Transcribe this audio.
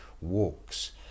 walks